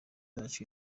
bacu